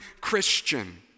Christian